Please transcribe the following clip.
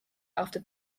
after